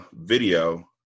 video